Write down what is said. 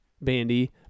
bandy